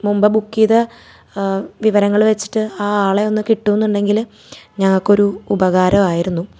മുമ്പ് ബുക്ക് ചെയ്ത വിവരങ്ങൾ വെച്ചിട്ട് ആ ആളെ ഒന്ന് കിട്ടുവെന്നുണ്ടെങ്കിൽ ഞങ്ങൾക്കൊരു ഉപകാരം ആയിരുന്നു